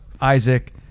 Isaac